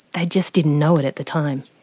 they just didn't know it at the time.